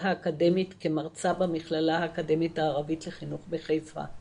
האקדמית כמרצה במכללה האקדמית הערבית לחינוך בחיפה,